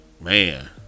man